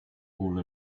all